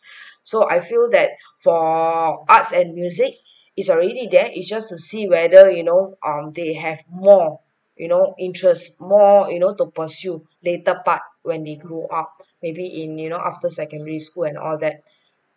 so I feel that for arts and music its already there its just to see whether you know on they have more you know interest more you know to pursue later part when they grew up maybe in you know after secondary school and all that